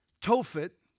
Tophet